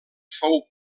fou